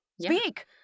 Speak